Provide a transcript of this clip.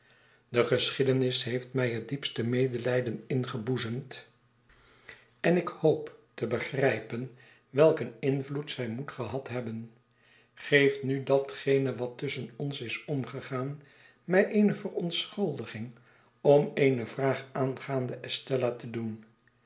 de geschiedenis heeft mij het diepste medelijden ingeboezemd en ik hoop te begrijpen welk een invloed zij moet gehad hebben geeft nu datgene wat tusschen ons is omgegaan mij eene verontschulding om eene vraag aangaande estella te doen